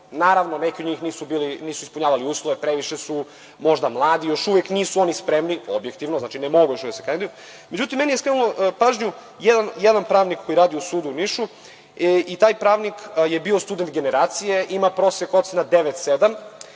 Naravno, neki od njih nisu ispunjavali uslove, previše su još uvek mladi, još uvek nisu spremni, objektivno ne mogu da se kandiduju, ali meni je skrenuo pažnju jedan pravnik koji radi u sudu u Nišu. Taj pravnik je bio student generacije, ima prosek ocena 9,7